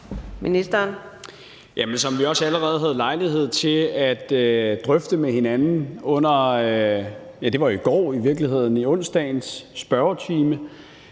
Hummelgaard): Jamen som vi også allerede havde lejlighed til at drøfte med hinanden – ja, det var jo i virkeligheden i går, hvis jeg ikke